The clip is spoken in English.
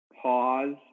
pause